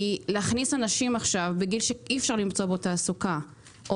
להכניס אנשים בגיל שאי אפשר למצוא בו תעסוקה או